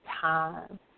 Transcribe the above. time